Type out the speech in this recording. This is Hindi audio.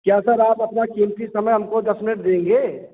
क्या सर आप अपना कीमती समय हमको दस मिनट देंगे